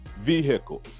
vehicles